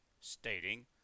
stating